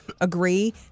agree